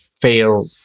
fail